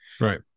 right